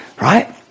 Right